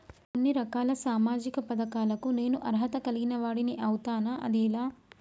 కొన్ని రకాల సామాజిక పథకాలకు నేను అర్హత కలిగిన వాడిని అవుతానా? అది ఎలా?